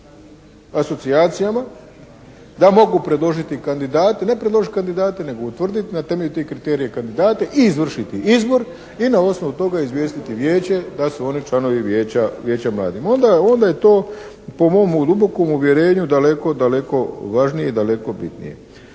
asocijacijama da mogu predložiti kandidate. Ne predložiti kandidate nego utvrditi na temelju tih kriterija kandidate i izvršiti izbor i na osnovu toga izvijestiti Vijeće da su oni članovi Vijeća mladih. Onda je to po mom dubokom uvjerenju daleko, daleko važnije i daleko bitnije.